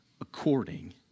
according